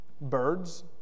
birds